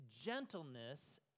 gentleness